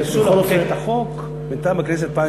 אולי הפעם.